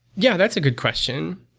yeah, that's a good question.